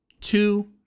two